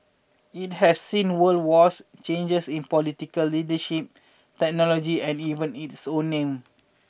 it has seen world wars changes in political leadership technology and even its own name